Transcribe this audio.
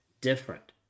different